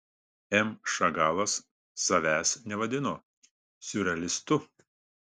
m šagalas savęs nevadino siurrealistu